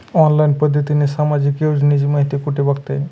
Online पद्धतीने सामाजिक योजनांची माहिती कुठे बघता येईल?